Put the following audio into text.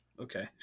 okay